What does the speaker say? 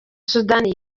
sudani